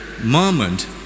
moment